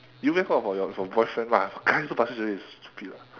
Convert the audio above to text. you mean for your for your for boyfriend mah guys do plastic surgery it's stupid lah